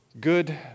good